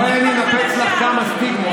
קטי, בואי אני אנפץ לך כמה סטיגמות.